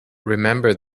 remember